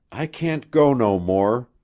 i can't go no more,